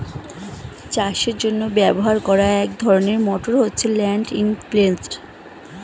চাষের জন্য ব্যবহার করা এক ধরনের মোটর হচ্ছে ল্যান্ড ইমপ্রিন্টের